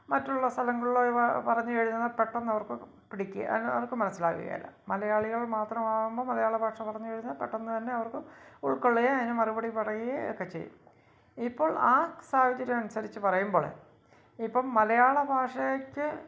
മറ്റുള്ള സ്ഥലങ്ങളിലോ ഇവ പറഞ്ഞുകഴിഞ്ഞാൽ പെട്ടെന്നവർക്ക് അത് അവർക്ക് മനസ്സിലാവുവേല മലയാളികൾ മാത്രമാവുമ്പോള് മലയാളഭാഷ പറഞ്ഞുകഴിഞ്ഞാൽ പെട്ടെന്ന്തന്നെ അവർക്ക് ഉൾക്കൊള്ളുകയും അതിന് മറുപടി പറയുകയും ഒക്കെ ചെയ്യാം ഇപ്പോൾ ആ സാഹചര്യമനുസരിച്ച് പറയുമ്പോഴെ ഇപ്പോള് മലയാളഭാഷയ്ക്ക്